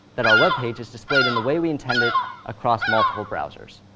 that our web page is displayed in the way we intended across multiple browsers.